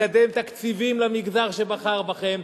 לקדם תקציבים למגזר שבחר בכם.